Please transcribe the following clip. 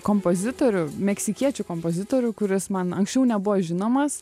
kompozitorių meksikiečių kompozitorių kuris man anksčiau nebuvo žinomas